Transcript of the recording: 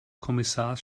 kommissars